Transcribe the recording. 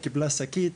היא קיבלה שקית,